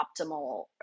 optimal